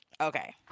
Okay